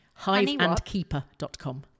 HiveandKeeper.com